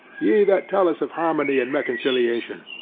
ye that tell us of harmony and reconciliation,